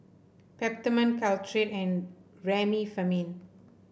Peptamen Caltrate and Remifemin